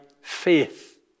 faith